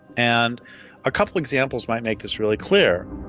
and a couple of examples might make this really clear.